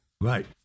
Right